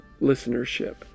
listenership